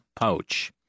pouch